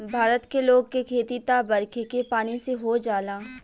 भारत के लोग के खेती त बरखे के पानी से हो जाला